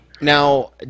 Now